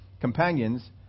companions